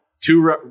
two